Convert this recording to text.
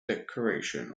decoration